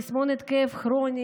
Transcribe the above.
תסמונת כאב כרוני,